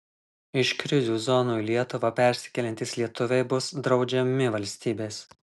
iš krizių zonų į lietuvą persikeliantys lietuviai bus draudžiami valstybės